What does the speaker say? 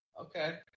Okay